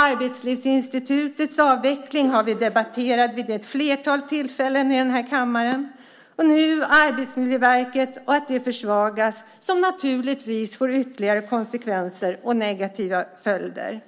Arbetslivsinstitutets avveckling har vi debatterat vid ett flertal tillfällen i kammaren och nu Arbetsmiljöverket och att det försvagas som naturligtvis får ytterligare konsekvenser och negativa följder.